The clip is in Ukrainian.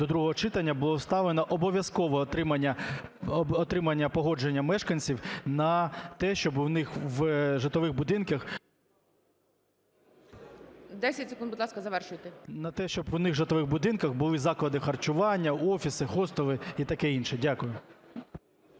до другого читання було вставлено обов'язкове отримання погодження мешканців на те, щоби в них в житлових будинках… ГОЛОВУЮЧИЙ. 10 секунд, будь ласка, завершуйте. ПИСАРЕНКО В.В. На те, щоб у них в житлових будинках були заклади харчування, офіси, хостели і таке інше. Дякую.